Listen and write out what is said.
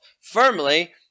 firmly